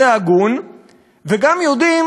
שכמו שהמקרים האלה מוכיחים,